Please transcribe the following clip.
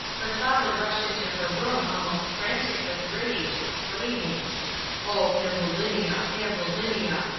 her father rushed into her room almost frantic with rage, exclaiming oh, ambulinia! ambulinia!